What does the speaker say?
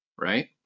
right